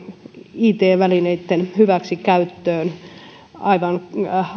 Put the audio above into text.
it välineitten hyväksikäyttöön aivan